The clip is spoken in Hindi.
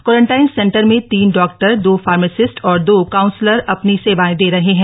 क्वारंटाइन सेंटर में तीन डॉक्टर दो फार्मेसिस्ट और दो काउंसलर अपनी सब्राएं द रह हैं